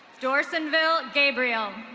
dorsenville gabriel.